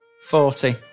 Forty